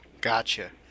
Gotcha